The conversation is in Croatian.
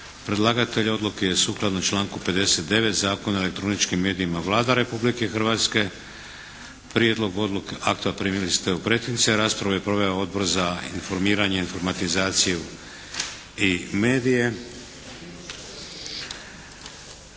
Predlagatelj odluke je sukladno članku 59. Zakona o elektroničkim medijima Vlada Republike Hrvatske. Prijedlog akta primili ste u pretince. Raspravu je proveo Odbor za informiranje, informatizaciju i medije.